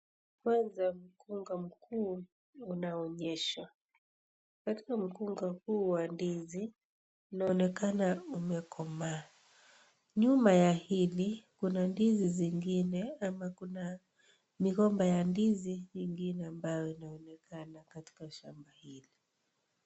Kwanza mkunga mkuu unaonyeshwa. Katika mkunga huu wa ndizi, unaonekana umekomaa. Nyuma ya hili , kuna ndizi zingine, ama kuna migomba ya ndizi ingine, ambayo inaonekana katika shamba hili.